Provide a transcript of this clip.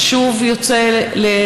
אז הוא שוב יוצא לסבב,